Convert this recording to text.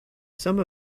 some